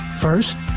First